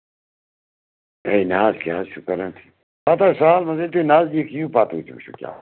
ہے نہَ حظ کیٛاہ حظ چھُو کران پتہٕ حظ چھُ سہل وۅنۍ چھِو تُہۍ نٔزدیٖک یِیِو پتہٕ یِیِو وُچھَو کیٛاہ